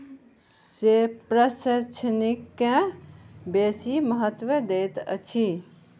से प्रशैक्षणिककेँ बेसी महत्व दैत अछि